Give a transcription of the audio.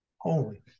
holy